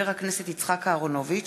חבר הכנסת יצחק אהרונוביץ,